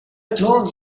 told